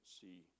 see